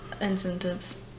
incentives